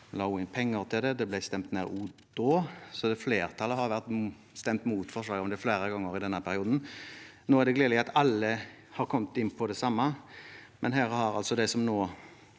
la også inn penger til det. Det ble stemt ned også da. Flertallet har stemt mot forslaget om det flere ganger i denne perioden. Nå er det gledelig at alle har kommet inn på det samme, men de som nå